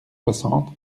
soixante